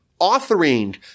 authoring